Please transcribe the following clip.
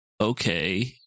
okay